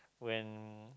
when